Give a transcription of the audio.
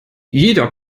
jeder